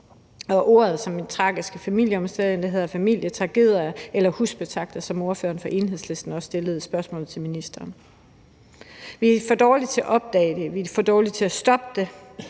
op med ordene tragiske familieomstændigheder, familietragedier eller husspektakler, som ordføreren for Enhedslisten også stillede spørgsmål om til ministeren. Vi er for dårlige til at opdage det, vi er for dårlige til at stoppe det,